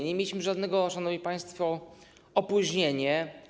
Nie mieliśmy żadnego, szanowni państwo, opóźnienia.